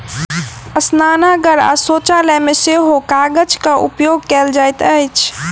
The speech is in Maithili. स्नानागार आ शौचालय मे सेहो कागजक उपयोग कयल जाइत अछि